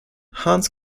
hans